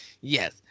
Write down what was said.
Yes